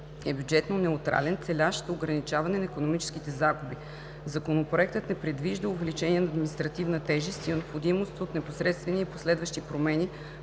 е бюджетно неутрален, целящ ограничаване на икономическите загуби. Законопроектът не предвижда увеличение на административната тежест и необходимост от непосредствени и последващи промени